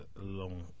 long